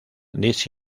this